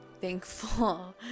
thankful